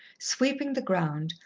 sweeping the ground,